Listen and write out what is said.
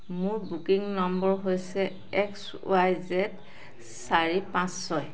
মোৰ বুকিং নম্বৰ হৈছে এক্স ৱাই জেদ চাৰি পাঁচ ছয়